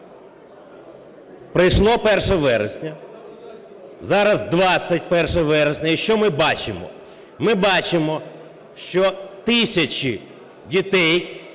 Прийшло 1 вересня, зараз 21 вересня, і що ми бачимо? Ми бачимо, що тисячі дітей